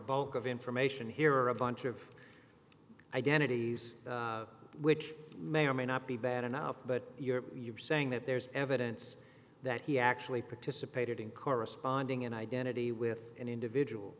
bulk of information here are a bunch of identities which may or may not be bad enough but you're you're saying that there's evidence that he actually participated in corresponding an identity with an individual